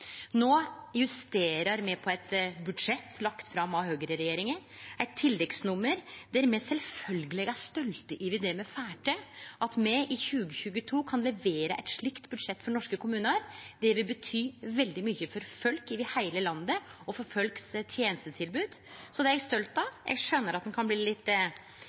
me skulle gjere. No justerer me på eit budsjett lagt fram av Høgre-regjeringa – eit tilleggsnummer der me sjølvsagt er stolte over det me får til. At me i 2022 kan levere eit slikt budsjett for norske kommunar, vil bety veldig mykje for folk over heile landet og for tenestetilbodet deira. Det er eg stolt av. Eg skjønar at ein kan bli litt